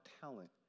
talent